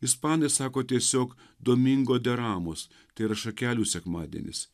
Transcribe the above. ispanai sako tiesiog domingo de ramos tai yra šakelių sekmadienis